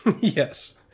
Yes